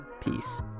Peace